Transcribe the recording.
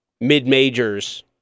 mid-majors